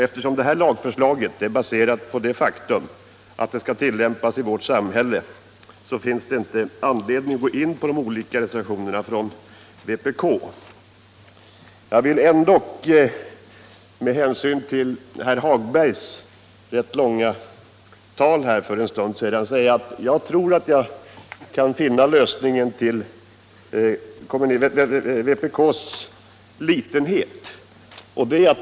Eftersom det här lagförslaget är baserat på det faktum att det skall tillämpas i vårt samhälle, finns det inte anledning att gå in på de olika reser vationerna från vpk. Jag vill ändock med hänsyn till herr Hagbergs i Borlänge rätt långa anförande här för en stund sedan säga att jag tror att jag kan finna förklaringen till vpk:s litenhet.